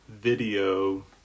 video